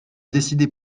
décider